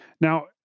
Now